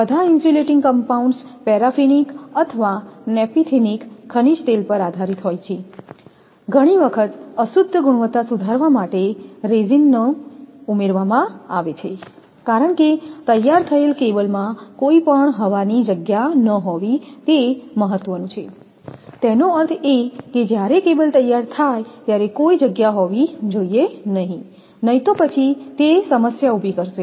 બધાં ઇન્સ્યુલેટીંગ કમ્પાઉન્ડ્સ પેરાફિનિક અથવા નેફિથિક ખનિજ તેલ પર આધારિત હોય છે ઘણી વખત અશુદ્ધ ગુણવત્તા સુધારવા માટે રેઝિનને ઉમેરવામાં આવે છે કારણ કે તૈયાર થયેલ કેબલમાં કોઈ પણ હવાની જગ્યા ન હોવી તે મહત્વનું છે તેનો અર્થ એ કે જ્યારે કેબલ તૈયાર થાય ત્યારે કોઈ જગ્યા હોવી જોઈએ નહીં નહીતો પછી તે સમસ્યા ઊભી કરશે